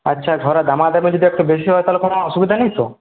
আচ্ছা ধরা দাম আপনাদের যদি একটু বেশি হয় তাহলে কোনো অসুবিধা নেই তো